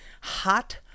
Hot